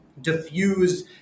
diffuse